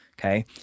okay